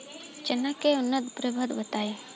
चना के उन्नत प्रभेद बताई?